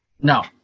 No